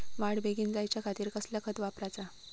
वाढ बेगीन जायच्या खातीर कसला खत वापराचा?